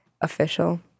official